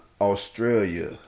Australia